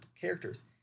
characters